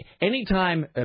Anytime